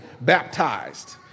baptized